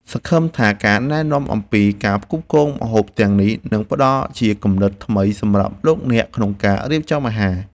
សង្ឃឹមថាការណែនាំអំពីការផ្គូផ្គងម្ហូបទាំងនេះនឹងផ្តល់ជាគំនិតថ្មីសម្រាប់លោកអ្នកក្នុងការរៀបចំអាហារ។